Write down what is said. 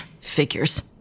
Figures